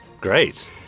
Great